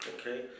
Okay